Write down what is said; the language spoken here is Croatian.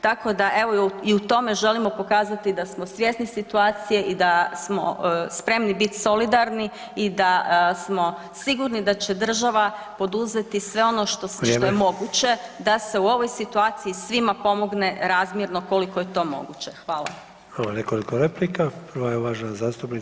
Tako da evo i u tome želimo pokazati da smo svjesni situacije i da smo spremni bit solidarni i da smo sigurni da će država poduzeti i sve ono što je moguće da se u ovoj situaciji svima pomogne razmjerno koliko je to moguće.